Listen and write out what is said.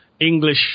English